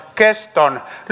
keston